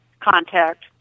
contact